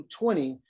20